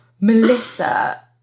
melissa